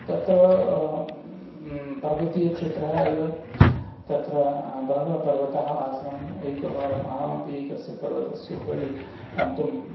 तत्र पर्वतीयक्षेत्रः एव तत्र बहवः पर्वताः आसन् एकवारम् अहमपि एकस्य पर्वतस्य उपरि गन्तुं